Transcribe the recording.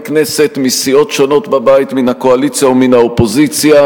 כנסת מסיעות שונות בבית מן הקואליציה ומן האופוזיציה,